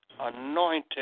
anointed